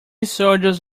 soldiers